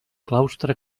claustre